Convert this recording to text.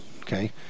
Okay